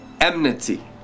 Enmity